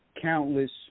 countless